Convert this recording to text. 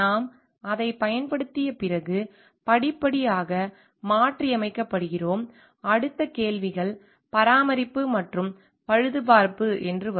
நாம் அதைப் பயன்படுத்திய பிறகு படிப்படியாக மாற்றியமைக்கப்படுகிறோம் அடுத்த கேள்விகள் பராமரிப்பு மற்றும் பழுதுபார்ப்பு என்று வரும்